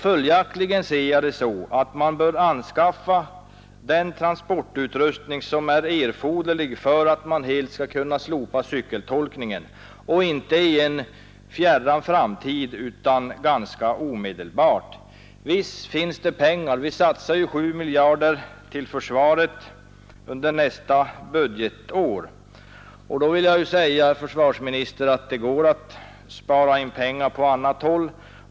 Följaktligen ser jag det så att man bör anskaffa den transportutrustning som är erforderlig för att man helt skall kunna slopa cykeltolkningen — och inte i en fjärran framtid utan ganska omedelbart. Visst finns det pengar. Vi satsar ju 7 miljarder till försvaret under nästa budgetår, och jag vill säga, herr försvarsminister, att det går att spara in pengar på annat håll.